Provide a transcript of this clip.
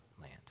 land